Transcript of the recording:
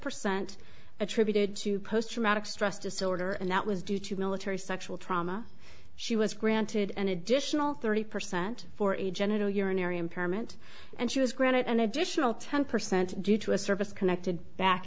percent attributed to post traumatic stress disorder and that was due to military sexual trauma she was granted an additional thirty percent for a genital urinary impairment and she was granted an additional ten percent due to a service connected back